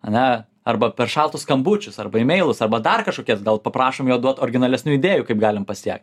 a ne arba per šaltus skambučius arba imeilus arba dar kažkokias gal paprašom jo duot originalesnių idėjų kaip galim pasiekt